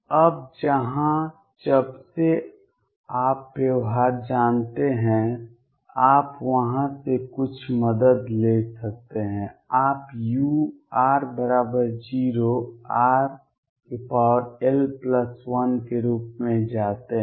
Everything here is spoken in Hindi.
अब यहाँ जब से आप व्यवहार जानते हैं आप वहाँ से कुछ मदद ले सकते हैं आप u r 0 rl1 के रूप में जाते हैं